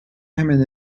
hemen